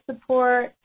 support